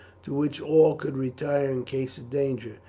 to which all could retire in case of danger,